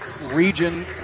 region